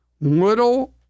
little